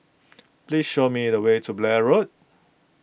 please show me the way to Blair Road